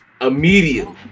immediately